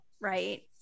right